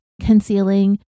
concealing